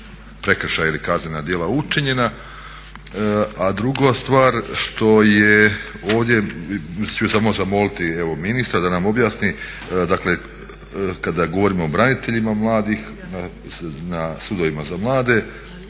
prekršaji ili kaznena djela učinjena. A druga stvar ovdje ću samo zamoliti ministra da nam objasni dakle kada govorimo o braniteljima mladih na sudovima za mlade,